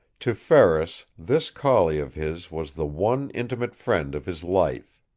to ferris, this collie of his was the one intimate friend of his life.